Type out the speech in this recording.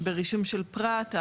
ברישום של פרט,